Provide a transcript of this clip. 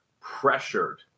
pressured –